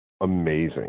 amazing